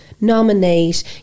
nominate